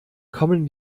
kommen